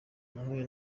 nahuye